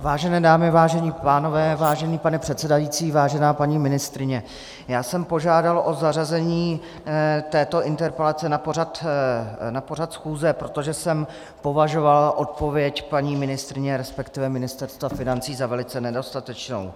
Vážené dámy, vážení pánové, vážený pane předsedající, vážená paní ministryně, Já jsem požádal o zařazení této interpelace na pořad schůze, protože jsem považoval odpověď paní ministryně, resp. Ministerstva financí za velice nedostatečnou.